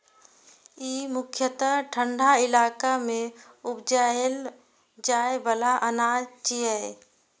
ई मुख्यतः ठंढा इलाका मे उपजाएल जाइ बला अनाज छियै